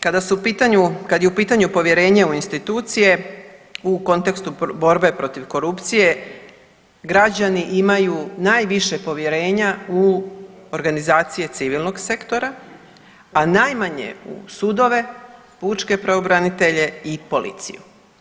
Kada je u pitanju povjerenje u institucije u kontekstu borbe protiv korupcije građani imaju najviše povjerenja u organizacije civilnog sektora, a najmanje u sudove, pučke pravobranitelje i policiju.